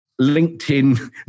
LinkedIn